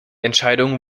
entscheidung